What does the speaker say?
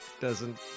doesn't-